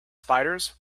spiders